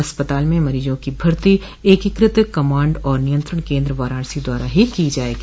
अस्पताल में मरीजों की भर्ती एकीकृत कमांड और नियंत्रण केन्द्र वाराणसी द्वारा की जायेगी